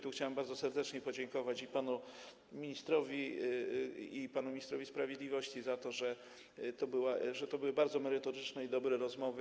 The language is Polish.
Tu chciałem bardzo serdecznie podziękować i panu ministrowi, i panu ministrowi sprawiedliwości za to, że to były bardzo merytoryczne i dobre rozmowy.